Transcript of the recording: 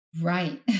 Right